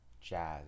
jazz